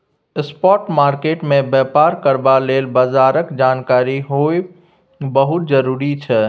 spot market मे बेपार करबा लेल बजारक जानकारी होएब बहुत जरूरी छै